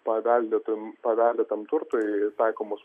paveldėtum paveldėtam turtui taikomus